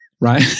Right